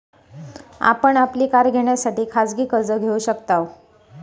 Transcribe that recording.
आपण आपली कार घेण्यासाठी खाजगी कर्ज घेऊ शकताव